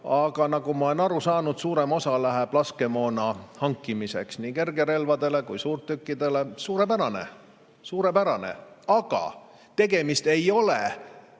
Aga nagu ma olen aru saanud, suurem osa läheb laskemoona hankimiseks nii kergerelvadele kui suurtükkidele. Suurepärane! Suurepärane, aga tegemist ei ole